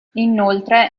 inoltre